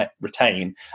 retain